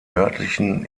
nördlichen